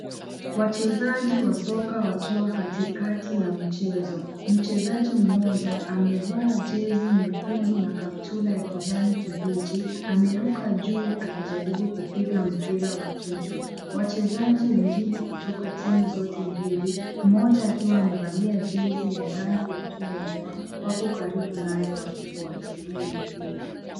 Wachezaji wa soka wakiwa katikati ya mchezo. Mchezaji mmoja amevaa jezi nyekundu na kaptura ya kijani kibichi. Ameruka juu akijaribu kupiga mpira wa kichwa. Wachezaji wengine kutoka timu zote mbili, mmoja akiwa amevalia jezi ya rangi ya chungwa wako karibu naye wakifuatilia mpira.